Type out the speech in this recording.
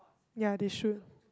ya they should